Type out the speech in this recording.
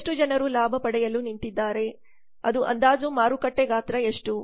ಎಷ್ಟು ಜನರು ಲಾಭ ಪಡೆಯಲು ನಿಂತಿದ್ದಾರೆ ಅದು ಅಂದಾಜು ಮಾರುಕಟ್ಟೆ ಗಾತ್ರ ಎಷ್ಟು